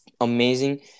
amazing